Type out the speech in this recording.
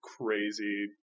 crazy